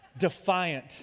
defiant